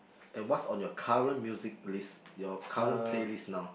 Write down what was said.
and what's on your current music list your current playlist now